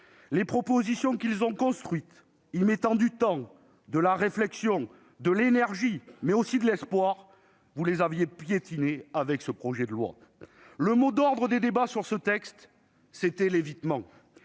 Les propositions qu'ils ont construites, y mettant du temps, de la réflexion, de l'énergie, mais aussi de l'espoir, vous les piétinez avec ce texte ! Le mot d'ordre des débats sur ce projet de loi fut l'évitement.